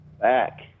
back